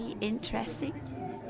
interesting